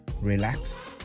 relax